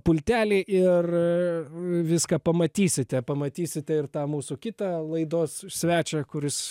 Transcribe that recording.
pultelį ir viską pamatysite pamatysite ir tą mūsų kitą laidos svečią kuris